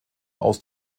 aus